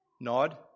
nod